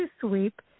sweep